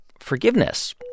forgiveness